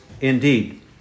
indeed